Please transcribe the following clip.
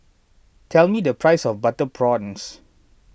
tell me the price of Butter Prawns